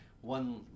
one